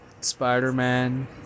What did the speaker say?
Spider-Man